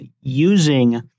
using